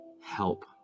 help